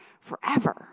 forever